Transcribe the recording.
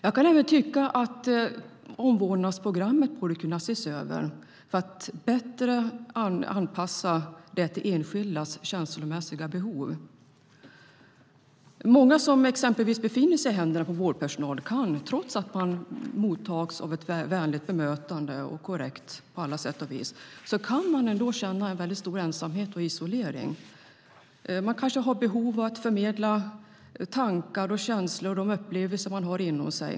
Jag kan även tycka att omvårdnadsprogrammet borde ses över för att bättre anpassa det till enskildas känslomässiga behov. Många som exempelvis befinner sig i händerna på vårdpersonal kan, trots ett vänligt bemötande som är korrekt på alla sätt och vis, känna en väldigt stor ensamhet och isolering. Man kanske har behov av att förmedla tankar, känslor och upplevelser som man har inom sig.